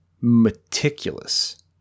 meticulous